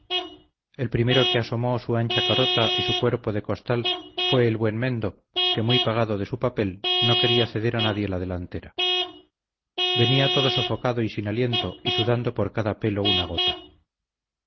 el primero que asomó su ancha carota y su cuerpo de costal fue el buen mendo que muy pagado de su papel no quería ceder a nadie la delantera venía todo sofocado y sin aliento y sudando por cada pelo una gota